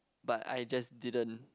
but I just didn't